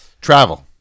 Travel